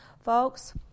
Folks